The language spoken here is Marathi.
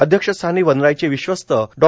अध्यक्षस्थानी वनराईचे विश्वस्त डॉ